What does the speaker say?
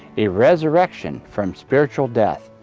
a resurrection from spiritual death.